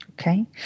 Okay